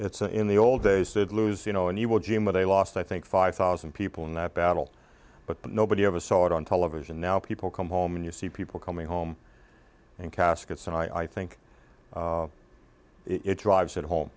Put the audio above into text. it's in the old days did lose you know and you will jim but they lost i think five thousand people in that battle but nobody ever saw it on television now people come home and you see people coming home and caskets and i think it drives that home